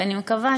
ואני מקווה,